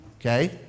Okay